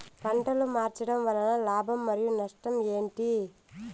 పంటలు మార్చడం వలన లాభం మరియు నష్టం ఏంటి